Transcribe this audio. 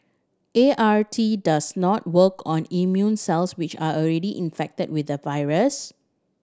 A R T does not work on immune cells which are already infected with the virus